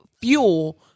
fuel